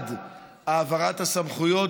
בעד העברת הסמכויות,